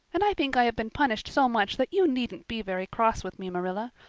and i think i have been punished so much that you needn't be very cross with me, marilla.